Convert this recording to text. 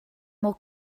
more